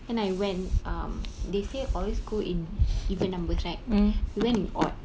then I when um they say always go in even numbers right went in odd